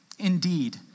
Indeed